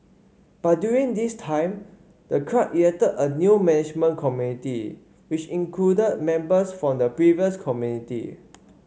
but during this time the club elected a new management community which included members from the previous community